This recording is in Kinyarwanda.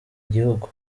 igihugu